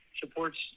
supports